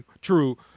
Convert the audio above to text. true